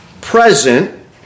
present